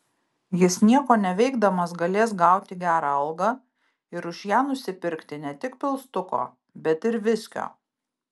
jis nieko neveikdamas galės gauti gerą algą ir už ją nusipirkti ne tik pilstuko bet ir viskio